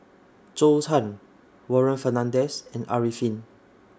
Zhou Can Warren Fernandez and Arifin